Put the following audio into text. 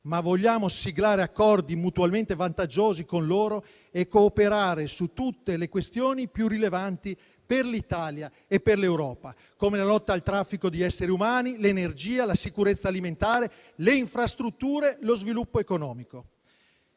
ma vogliamo siglare accordi mutualmente vantaggiosi con loro e cooperare su tutte le questioni più rilevanti per l'Italia e per l'Europa, come la lotta al traffico di esseri umani, l'energia, la sicurezza alimentare, le infrastrutture e lo sviluppo economico.